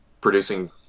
producing